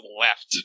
left